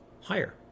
higher